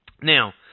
Now